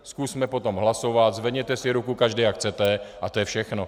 Zkusme potom hlasovat, zvedněte si ruku každý, jak chcete, a to je všechno.